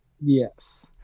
Yes